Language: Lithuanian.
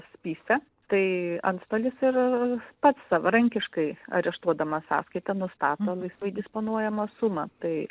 spise tai antstolis ir pats savarankiškai areštuodamas sąskaitą nustato laisvai disponuojamą sumą tai